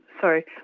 sorry